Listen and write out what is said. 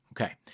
Okay